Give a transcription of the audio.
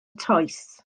toes